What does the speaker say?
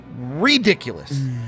Ridiculous